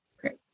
Great